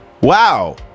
Wow